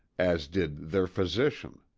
as did their physician,